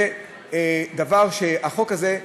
זה דבר שהחוק הזה,